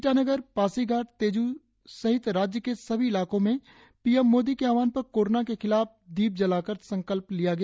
ईटानगर पासीघाट तेजु सहित राज्य के सभी इलाकों में पी एम मोदी के आहवान पर कोरोना के खिलाफ दीप जलाकर संकल्प लिया गया